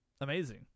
amazing